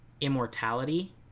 immortality